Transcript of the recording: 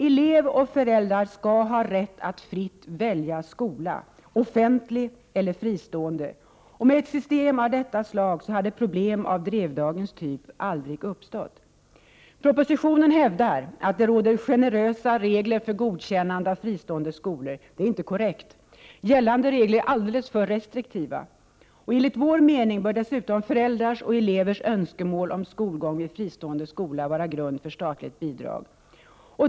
Elev och föräldrar skall ha rätt att fritt välja skola — offentlig eller fristående. Med ett system av detta slag hade problem av Drevdagens typ aldrig uppstått. I propositionen hävdas att det råder generösa regler för godkännande av fristående skolor. Detta är inte korrekt. Gällande regler är alldeles för restriktiva. Enligt vår mening bör dessutom elevers och föräldrars önskemål om skolgång vid fristående skola vara grund för statligt bidrag.